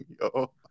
yo